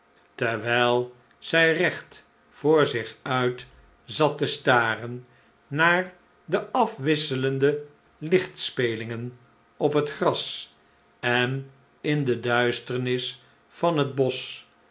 terwijl zij recht voor zich uit zat te staren naar de afwisselende lichtspelingen op het gras en in de duisternis van het bosch